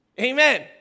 Amen